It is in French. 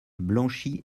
blanchie